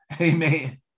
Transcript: Amen